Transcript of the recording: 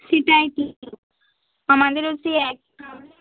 সেটাই তো আমাদেরও সেই একই প্রবলেম